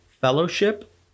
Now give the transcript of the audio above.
fellowship